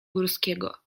górskiego